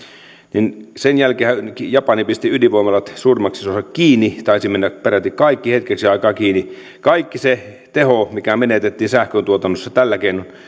niin sen jälkeenhän japani pisti ydinvoimalat suurimmaksi osaksi kiinni taisi mennä peräti kaikki hetkeksi aikaa kiinni kaikki se teho mikä menetettiin sähköntuotannossa tällä keinoin